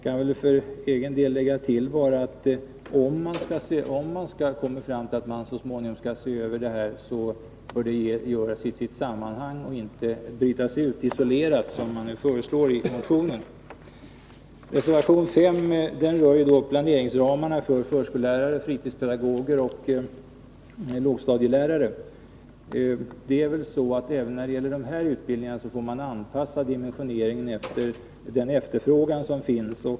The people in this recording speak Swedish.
Jag kan för egen del tillägga att i den mån man så småningom skall se över denna fråga, bör en sådan översyn ske i ett större sammanhang och inte brytas ut och behandlas så isolerat som föreslås i motionen. Reservation 6 berör planeringsramarna för förskollärare, fritidspedagoger och lågstadielärare. Även när det gäller dessa utbildningar måste vi anpassa dimensioneringen efter den efterfrågan som finns.